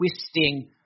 twisting